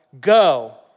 go